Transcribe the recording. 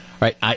right